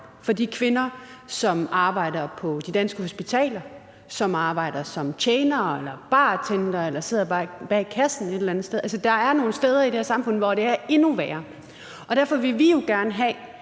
for de kvinder, som arbejder på de danske hospitaler, som arbejder som tjenere eller bartendere eller sidder bag kassen et eller andet sted. Der er nogle steder i det her samfund, hvor det er endnu værre, og derfor vil vi jo gerne have,